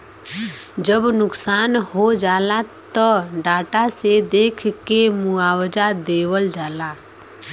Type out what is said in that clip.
जब नुकसान हो जाला त डाटा से देख के मुआवजा देवल जाला